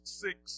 six